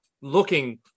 looking